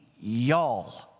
y'all